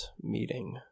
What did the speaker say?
meeting